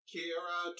Kira